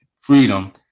freedom